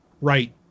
Right